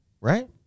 right